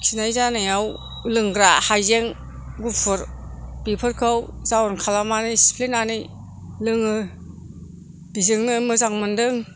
खिनाय जानायाव लोंग्रा हाइजें गुफुर बेफोरखौ जावन खालामनानै सिफ्लेनानै लोङो बेजोंनो मोजां मोनदों